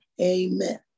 amen